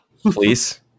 Please